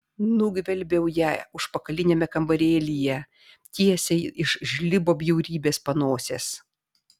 nugvelbiau ją užpakaliniame kambarėlyje tiesiai iš žlibo bjaurybės panosės